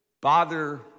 bother